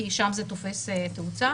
כי שם זה תופס תאוצה.